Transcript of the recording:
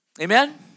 Amen